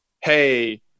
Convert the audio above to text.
hey